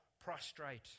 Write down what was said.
prostrate